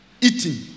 Eating